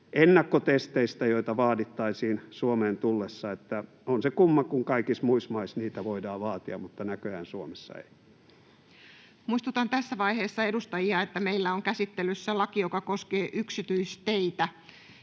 ennakkotesteistä, joita vaadittaisiin Suomeen tullessa, että on se kumma, kun kaikissa muissa maissa niitä voidaan vaatia mutta näköjään Suomessa ei. Muistutan tässä vaiheessa edustajia, että meillä on käsittelyssä laki, joka koskee yksityisteitä.